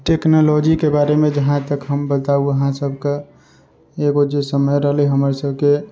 टेक्नोलॉजीके बारेमे जहाँ तक हम बताउ अहाँ सब के एगो जे समय रहलै हमरा सबके